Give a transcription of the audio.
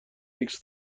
ایکس